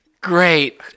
Great